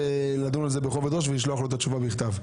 לדון על זה בכובד ראש ולשלוח לו את התשובה בכתב.